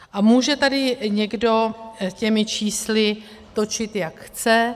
A může tady někdo těmi čísly točit, jak chce.